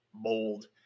mold